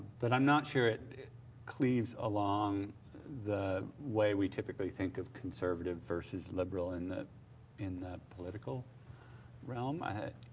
but i'm not sure it cleaves along the way we typically think of conservative versus liberal in the in the political realm. i